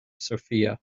sofia